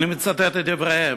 אני מצטט את דבריהם,